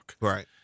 Right